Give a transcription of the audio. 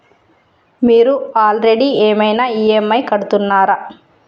మీరు ఆల్రెడీ ఏమైనా ఈ.ఎమ్.ఐ కడుతున్నారా?